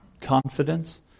confidence